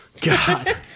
God